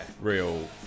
Real